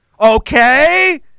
okay